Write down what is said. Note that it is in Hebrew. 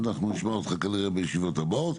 אנחנו נשמע אותך כנראה בישיבות הבאות.